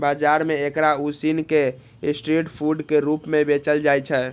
बाजार मे एकरा उसिन कें स्ट्रीट फूड के रूप मे बेचल जाइ छै